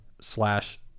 slash